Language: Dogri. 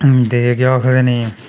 ते केह् आखदे न